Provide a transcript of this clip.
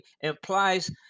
implies